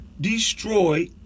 destroy